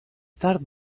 tard